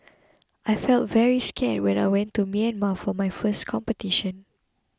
I felt very scared when I went to Myanmar for my first competition